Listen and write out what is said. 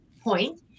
point